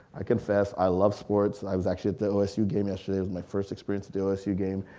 i confess. i love sports. i was actually at the osu game yesterday. it was my first experience at the osu game,